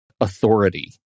authority